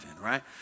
right